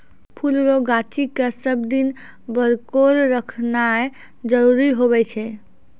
फुल रो गाछी के सब दिन बरकोर रखनाय जरूरी हुवै छै